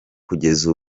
kugeza